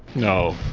no,